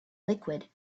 liquid